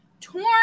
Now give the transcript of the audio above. torn